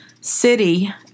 city